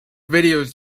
videos